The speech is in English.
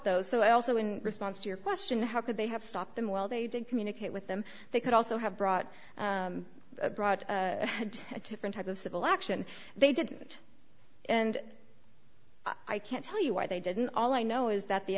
those so i also in response to your question how could they have stopped them while they didn't communicate with them they could also have brought brought a different type of civil action they didn't and i can't tell you why they didn't all i know is that the